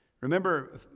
remember